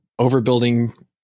overbuilding